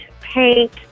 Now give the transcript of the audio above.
paint